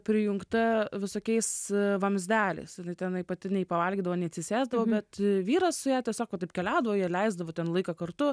prijungta visokiais vamzdeliaisjinai tenai pati nei pavalgydavo nei atsisėsdavo bet vyras su ja tiesiog va taip keliaudavo jie leisdavo ten laiką kartu